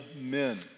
men